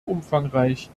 umfangreich